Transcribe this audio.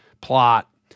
plot